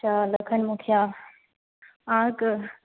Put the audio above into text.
तऽ लखन मुखिया अहाँके